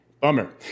Bummer